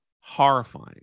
horrifying